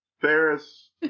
Ferris